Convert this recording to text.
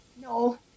No